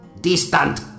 Distant